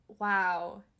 Wow